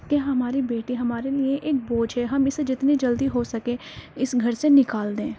کہ ہماری بیٹی ہمارے لیے ایک بوجھ ہے ہم اسے جتنی جلدی ہو سکے اس گھر سے نکال دیں